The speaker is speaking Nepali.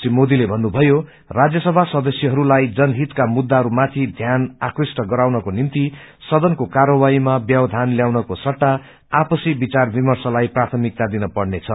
री मोदीले भन्नुभयो राज्यसभा सदस्यहरूलाई जरहितका मुद्दाहरूमाथि ध्यान आक्रषन गराउनको निभ्ति सदनको कार्यवाहीामा व्यवधान ल्याउनको सट्टा आपससी विचार विर्मशलाई प्राथमिकता दिनपर्नेछ